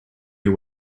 you